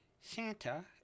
Santa